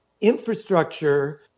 infrastructure